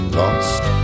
lost